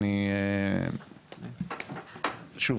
שוב,